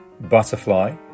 butterfly